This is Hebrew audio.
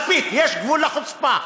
מספיק, יש גבול לחוצפה.